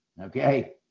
okay